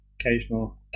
occasional